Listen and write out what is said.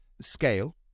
scale